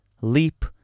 Leap